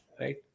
right